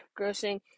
grossing